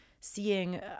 seeing